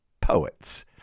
Poets